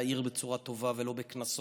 להעיר בצורה טובה ולא בקנסות,